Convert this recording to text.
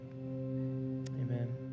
Amen